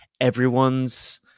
everyone's